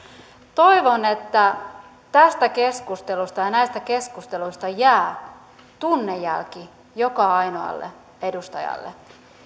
toivon että tästä keskustelusta ja näistä keskusteluista jää tunnejälki joka ainoalle edustajalle